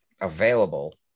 available